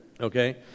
Okay